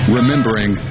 Remembering